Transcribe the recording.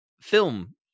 film